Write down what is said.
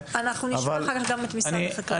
התקשורת.